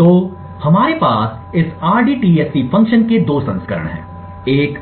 तो हमारे पास इस rdtsc फ़ंक्शन के 2 संस्करण हैं एक